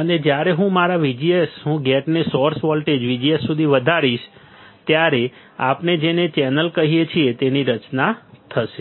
અને જ્યારે હું મારા VGS હું ગેટને સોર્સ વોલ્ટેજ VGS સુધી વધારીશ ત્યારે આપણે જેને ચેનલ કહીએ છીએ તેની રચના થશે